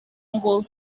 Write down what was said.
ngo